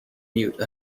mute